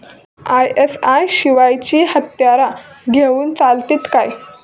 ISI शिवायची हत्यारा घेऊन चलतीत काय?